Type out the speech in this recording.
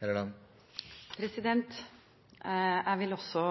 framover. Jeg vil også